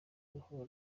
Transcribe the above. ruhuri